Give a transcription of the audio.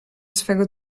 swego